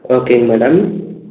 ஓகேங்க மேடம்